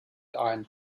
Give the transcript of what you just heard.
ein